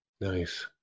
Nice